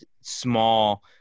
small